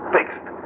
Fixed